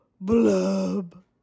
blub